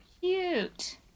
cute